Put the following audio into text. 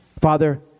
father